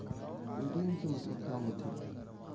ATM के मतलब का होथे?